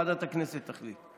ועדת הכנסת תחליט.